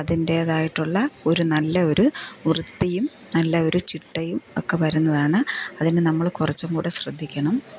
അതിൻ്റേതായിട്ടുള്ള ഒരു നല്ല ഒരു വൃത്തിയും നല്ല ഒരു ചിട്ടയും ഒക്കെ വരുന്നതാണ് അതിന് നമ്മള് കുറച്ചും കൂടെ ശ്രദ്ധിക്കണം